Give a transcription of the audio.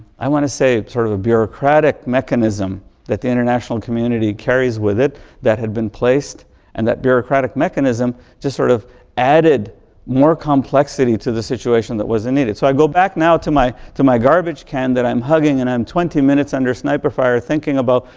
i want to say a sort of bureaucratic mechanism that the international community carries with it that had been placed and that bureaucratic mechanism just sort of added more complexity to the situation that wasn't needed. so, i go back now to my to my garbage can that i'm hugging and i'm twenty minutes under sniper fire thinking about,